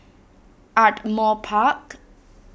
Ardmore Park